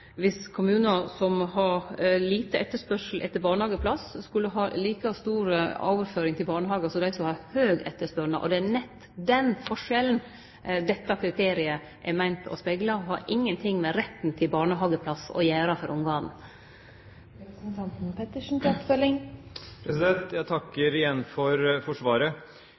viss kommunar som har liten etterspurnad etter barnehageplass, skulle ha like stor overføring til barnehagar som dei som har høg etterspurnad, og det er nett den forskjellen dette kriteriet er meint å spegle. Det har ingenting med retten til barnehageplass for ungane å gjere. Jeg takker igjen for